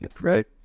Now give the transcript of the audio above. right